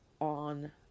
on